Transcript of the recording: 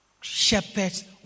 shepherds